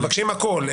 הם מבקשים הכל.